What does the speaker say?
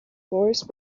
voice